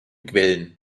quellen